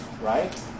right